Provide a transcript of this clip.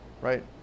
right